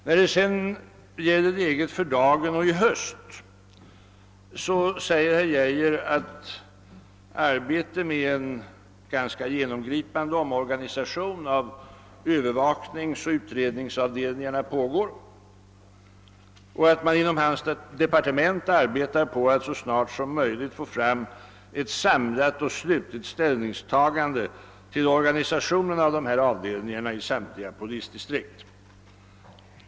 När det sedan gäller läget för dagen och för i höst säger herr Geijer att arbetet med en ganska genomgripande omorganisation av övervakningsoch utredningsavdelningarna pågår och att man inom hans departement arbetar på att så snart som möjligt få fram ett samlat och slutligt ställningstagande till organisationen av de här avdelningarna i samtliga polisdistrikt.